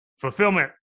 fulfillment